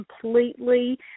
completely